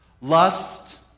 lust